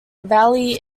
valley